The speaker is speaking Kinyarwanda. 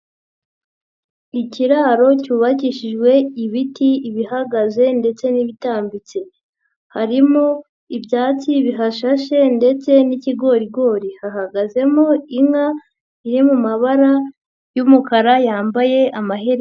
Ikiraro cyubakishijwe ibiti ibihagaze ndetse n'ibitambitse. Harimo ibyatsi bihashashe ndetse n'ikigorigori. Hahagazemo inka iri mu mabara y'umukara yambaye amaherena.